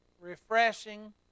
refreshing